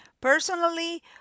personally